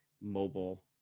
mobile